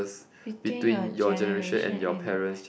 between your generation and your par~